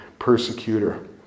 persecutor